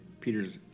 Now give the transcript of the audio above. Peter's